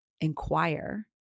inquire